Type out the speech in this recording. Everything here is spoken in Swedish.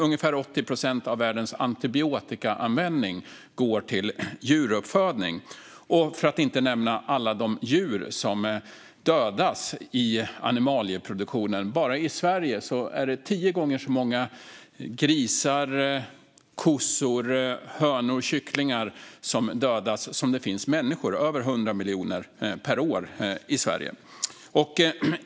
Ungefär 80 procent av världens antibiotikaanvändning går till djuruppfödning. Då har jag inte nämnt alla de djur som dödas i animalieproduktionen. Bara i Sverige dödas tio gånger så många grisar, kossor, hönor och kycklingar som det finns människor - över 100 miljoner per år.